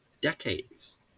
decades